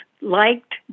liked